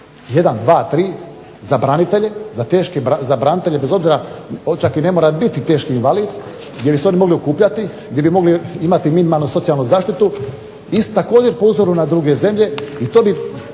dva, tri za branitelje, za teške, za branitelje bez obzira, on čak i ne mora biti teški invalid, gdje bi se oni mogli okupljati, gdje bi mogli imati minimalnu socijalnu zaštitu, isto također po uzoru na druge zemlje, i to bi